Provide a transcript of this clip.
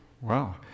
Wow